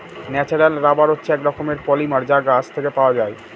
natural rubber হচ্ছে এক রকমের পলিমার যা গাছ থেকে পাওয়া যায়